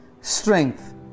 Strength